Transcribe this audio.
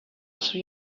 three